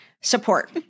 support